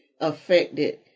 affected